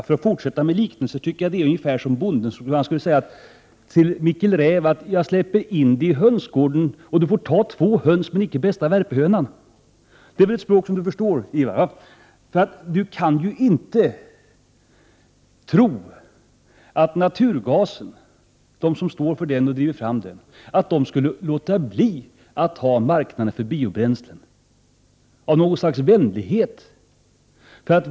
För att fortsätta med liknelser tycker jag att det är som om bonden skulle säga till Mickel räv: Jag släpper in dig i hönsgården och du får ta två höns, men icke den bästa värphönan. Ivar Franzén kan inte ens själv tro att de som driver fram naturgasen skulle låta bli att ta marknader för biobränslena, av något slags vänlighet.